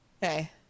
Hey